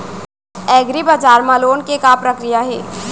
एग्रीबजार मा लोन के का प्रक्रिया हे?